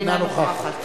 אינה נוכחת